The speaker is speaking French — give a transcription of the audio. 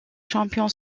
champion